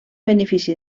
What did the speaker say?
benefici